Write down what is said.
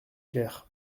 clair